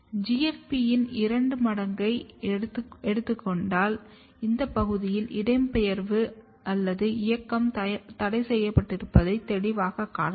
GFP இன் 2x ஐ எடுத்துக் கொண்டால் இந்த பகுதியில் இடம்பெயர்வு அல்லது இயக்கம் தடைசெய்யப்பட்டிருப்பதை தெளிவாகக் காணலாம்